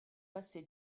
passé